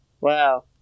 wow